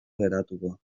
geratuko